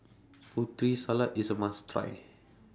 Putri Salad IS A must Try